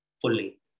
fully